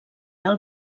del